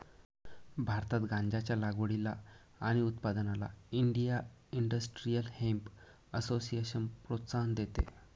भारतात गांज्याच्या लागवडीला आणि उत्पादनाला इंडिया इंडस्ट्रियल हेम्प असोसिएशन प्रोत्साहन देते